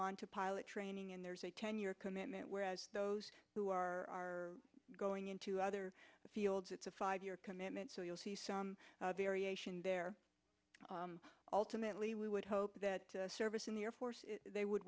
on to pilot training and there's a ten year commitment whereas those who are going into other fields it's a five year commitment so you'll see some variation there ultimately we would hope that service in the air force they would